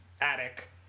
attic